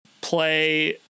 play